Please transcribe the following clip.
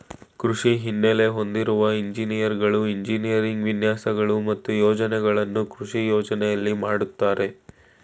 ಕೃಷಿ ಹಿನ್ನೆಲೆ ಹೊಂದಿರುವ ಎಂಜಿನಿಯರ್ಗಳು ಎಂಜಿನಿಯರಿಂಗ್ ವಿನ್ಯಾಸಗಳು ಮತ್ತು ಯೋಜನೆಗಳನ್ನು ಕೃಷಿ ಯೋಜನೆಯಲ್ಲಿ ಮಾಡ್ತರೆ